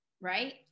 right